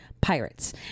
Pirates